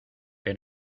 que